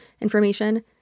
information